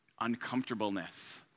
uncomfortableness